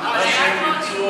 מה שהם ירצו,